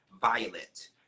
Violet